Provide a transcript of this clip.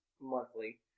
monthly